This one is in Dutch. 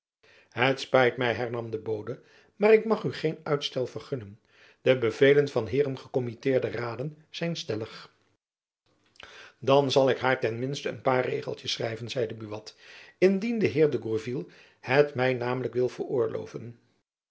het spijt my hernam de bode maar ik mag u geen uitstel vergunnen de bevelen van heeren gekommitteerde raden zijn stellig dan zal ik haar ten minsten een paar regeltjens schrijven zeide buat indien de heer de gourville het my namelijk wil veroorloven